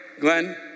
Glenn